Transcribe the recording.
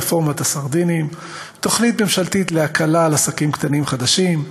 "רפורמת הסרדינים"; תוכנית ממשלתית להקלה על עסקים קטנים חדשים,